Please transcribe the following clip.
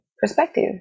perspective